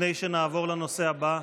לפני שנעבור לנושא הבא,